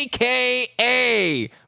AKA